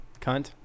cunt